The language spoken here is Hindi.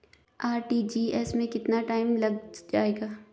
आर.टी.जी.एस में कितना टाइम लग जाएगा?